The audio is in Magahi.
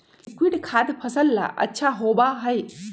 लिक्विड खाद फसल ला अच्छा होबा हई